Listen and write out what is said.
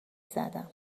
زدم